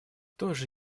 тоже